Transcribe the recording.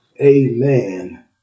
amen